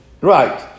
Right